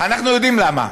אנחנו יודעים למה.